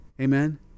Amen